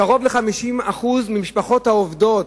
קרוב ל-50% מהמשפחות העובדות,